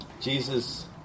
Jesus